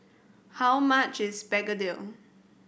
how much is begedil